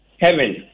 Heaven